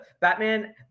Batman